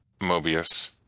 Mobius